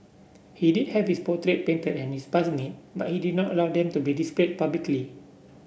he did have his portrait painted and his bust made but he did not allow them to be displayed publicly